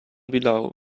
below